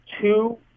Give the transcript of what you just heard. two